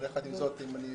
אבל יחד עם זאת, אם אני